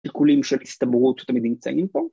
??? של הסתברות ‫הם תמיד נמצאים פה.